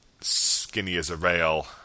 skinny-as-a-rail